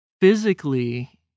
physically